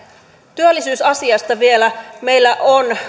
työllisyysasiasta vielä meillä on